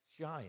shine